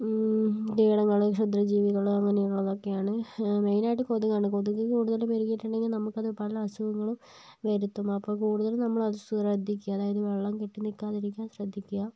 കീടങ്ങള് ക്ഷുദ്ര ജീവികള് അങ്ങനെ ഉള്ളത് ഒക്കെ ആണ് മെയിൻ ആയിട്ട് കൊതുക് ആണ് കൊതുക് കുടുതലും പെരുകിയിട്ട് ഉണ്ടെങ്കില് നമുക്ക് അത് പല അസുഖങ്ങളും വരുത്തും അപ്പം കുടുതലും നമ്മള് അത് ശ്രദ്ധിക്കുക അതായത് വെള്ളം കെട്ടിനിൽക്കാതിരിക്കാൻ ശ്രദ്ധിക്കുക